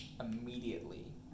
Immediately